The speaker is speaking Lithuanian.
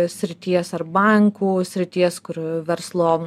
srities ar bankų srities kur verslo